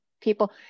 people